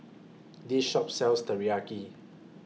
This Shop sells Teriyaki